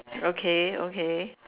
okay okay